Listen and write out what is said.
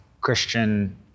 christian